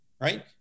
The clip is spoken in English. right